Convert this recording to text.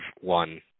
one